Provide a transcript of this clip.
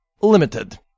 Limited